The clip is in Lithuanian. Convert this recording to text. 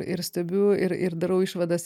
ir stebiu ir darau išvadas